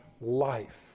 life